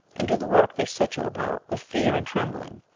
and do the work they set you about with fear and trembling,